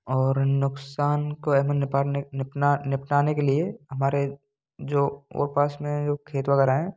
और नुकसान को एमें निपटाने के लिए हमारे जो वो पास में जो खेत वगैरह हैं